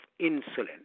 insulin